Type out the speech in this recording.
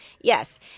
Yes